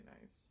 nice